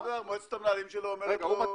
מועצת המנהלים שלו אומרת לו --- בסדר,